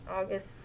August